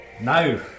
Now